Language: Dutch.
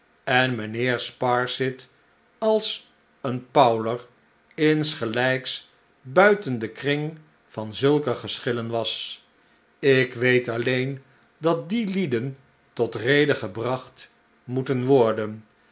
en mijnheer sparsit als een powler insgelh'ks buiten den kring van zulke geschillen was ik weet alleen dat die lieden tot rede gebracht moeten worden